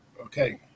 Okay